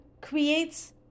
creates